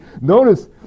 notice